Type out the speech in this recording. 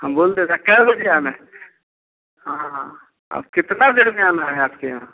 हम बोल दे रहे कै बजे आना है हाँ आप कितना देर में आना हैं आपके यहाँ